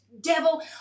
devil